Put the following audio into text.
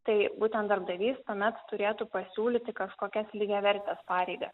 tai būtent darbdavys tuomet turėtų pasiūlyti kažkokias lygiavertes pareiga